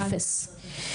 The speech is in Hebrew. אפס.